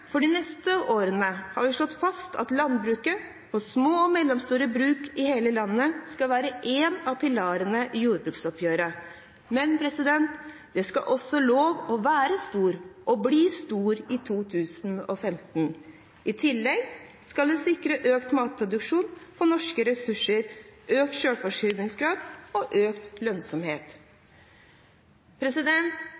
for de neste årene har vi slått fast at landbruk på små og mellomstore bruk i hele landet skal være en av pilarene i jordbruksoppgjøret, men det skal også være lov å være eller å bli stor i 2015. I tillegg skal vi sikre økt matproduksjon av norske ressurser, økt selvforsyningsgrad og økt lønnsomhet.